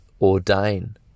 ordain